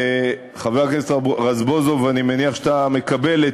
חבר הכנסת רזבוזוב, אני מניח שאתה מקבל,